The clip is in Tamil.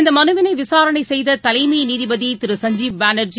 இந்த மலுவினை விசாரணை செய்த தலைமை நீதிபதி சஞ்சீப் பானர்ஜி